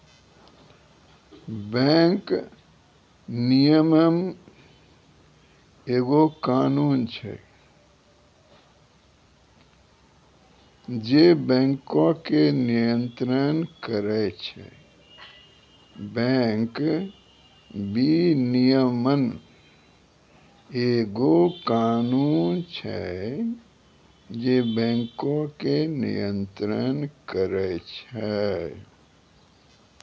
bank विनियमन एगो कानून छै जे बैंको के नियन्त्रण करै छै